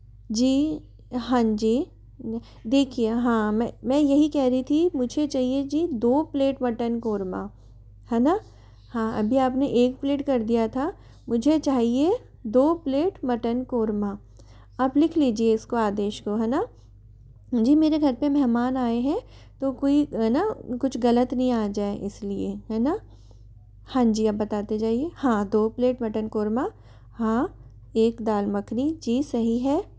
जी हाँजी देखिए हाँ मैं मैं यही कह रही थी मुझे चाहिए जी दो प्लेट मटन कोरमा हैना हाँ अभी आपने एक प्लेट कर दिया था मुझे चाहियए दो प्लेट मटन कोरमा आप लिख लीजिए इसको आदेश को हैना जी मेरे घर पे मेहमान आए हैं तो कोई हैना कुछ गलत नहीं आ जाए इसलिए हैना हाँजी आप बताते जाइए हाँ दो प्लेट मटन कोरमा हाँ एक दाल मखनी जी सही है